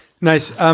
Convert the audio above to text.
Nice